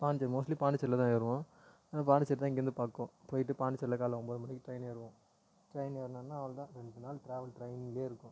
Pondicherry mostly பாண்டிச்சேரியில்தான் ஏறுவோம் பாண்டிச்சேரிதான் இங்கிருந்து பக்கம் போய்விட்டு பாண்டிச்சேரியில் காலையில் ஒம்பது மணிக்கு ட்ரைன் ஏறுவோம் ட்ரைன் ஏறுனோன்னால் அவ்வளோதான் ரெண்டு நாள் ட்ராவல் ட்ரைனிலே இருக்கும்